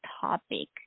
topic